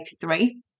three